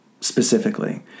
specifically